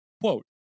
quote